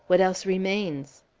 what else remains?